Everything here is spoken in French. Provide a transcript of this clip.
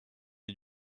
est